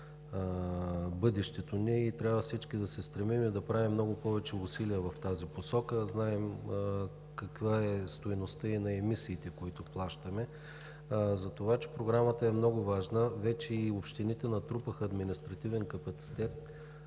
бъдещето ни и всички трябва да се стремим да правим много повече усилия в тази посока. Знаем каква е стойността и на емисиите, които плащаме, така че Програмата е много важна. Вече общините натрупаха административен капацитет